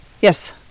Yes